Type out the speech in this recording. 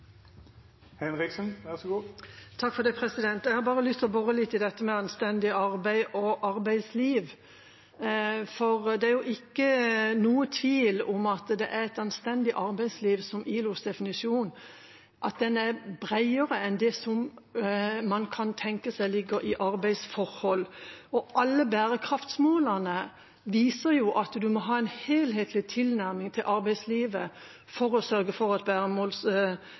Jeg har bare lyst til å bore litt i dette med anstendig arbeid og arbeidsliv. Det er ingen tvil om at ILOs definisjon av et «anstendig arbeidsliv» er bredere enn det man kan tenke seg ligger i «arbeidsforhold». Alle bærekraftsmålene viser at man må ha en helhetlig tilnærming til arbeidslivet for å sørge for